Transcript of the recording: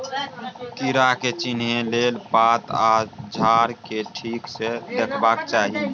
कीड़ा के चिन्हे लेल पात आ झाड़ केँ ठीक सँ देखबाक चाहीं